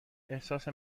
احساس